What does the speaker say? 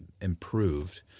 improved